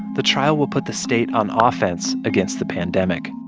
the trial will put the state on ah offense against the pandemic